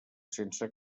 sense